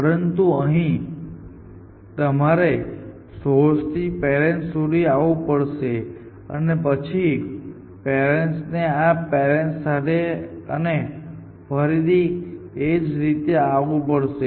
પરંતુ અહીં તમારે સોર્સ થી પેરેન્ટ્સ સુધી આવવું પડશે અને પછી પેરેન્ટ્સ ને આ પેરેન્ટ્સ સાથે અને ફરીથી તે જ રીતે આવવું પડશે